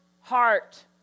heart